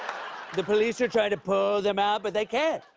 the police are trying to pull them out, but they can't,